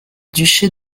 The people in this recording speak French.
duché